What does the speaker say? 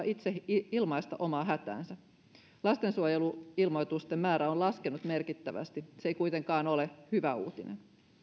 itse ilmaista omaa hätäänsä lastensuojeluilmoitusten määrä on laskenut merkittävästi se ei kuitenkaan ole hyvä uutinen